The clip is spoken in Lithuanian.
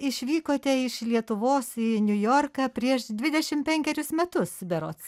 išvykote iš lietuvos į niujorką prieš dvidešim penkerius metus berods